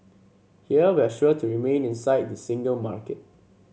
here we're sure to remain inside the single market